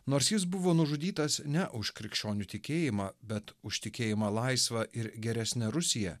nors jis buvo nužudytas ne už krikščionių tikėjimą bet už tikėjimą laisva ir geresne rusija